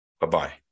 Bye-bye